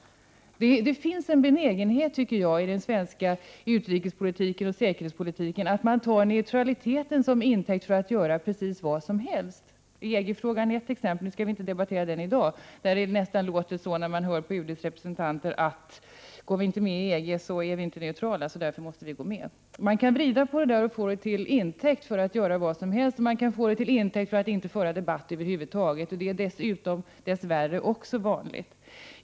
Det fir.ns en benägenhet, tycker jag, i den svenska utrikespolitiken och säkerhetspolitiken att ta neutraliteten till intäkt för att göra precis vad som helst. EG-frågan är ett exempel — låt vara att vi inte skall debattera den här i dag. När man lyssnar på UD:s representanter får man intrycket att går vi inte med i EG är vi inte neutrala och att vi därför måste gå med i EG. Man kan vrida på neutralitetsargumentet och ta det till intäkt för att göra nästan vad som helst. Man kan också ta det till intäkt för att inte föra debatt över huvud taget. Det är dess värre också vanligt.